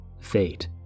fate